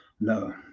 no